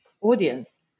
audience